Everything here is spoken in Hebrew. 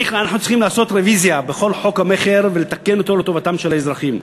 אנחנו צריכים לעשות רוויזיה בכל חוק המכר ולתקן אותו לטובת האזרחים.